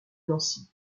nancy